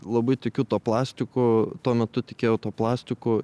labai tikiu tuo plastiku tuo metu tikėjau tuo plastiku